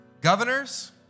governors